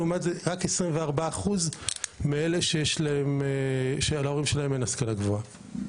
לעומת רק כ-24% למי שלהורים שלו אין השכלה גבוהה.